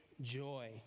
joy